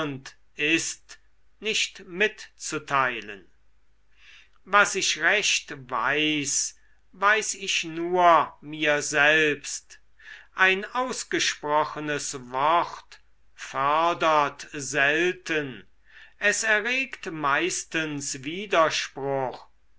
ist nicht mitzuteilen was ich recht weiß weiß ich nur mir selbst ein ausgesprochenes wort fördert selten es erregt meistens widerspruch